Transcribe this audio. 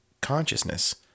consciousness